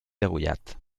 degollat